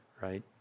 right